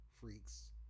freaks